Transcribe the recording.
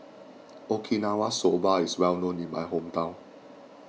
Okinawa Soba is well known in my hometown